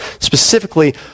Specifically